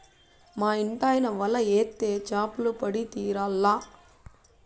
మా ఇంటాయన వల ఏత్తే చేపలు పడి తీరాల్ల